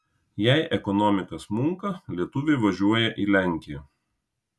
jei ekonomika smunka lietuviai važiuoja į lenkiją